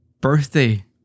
birthday